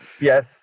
Yes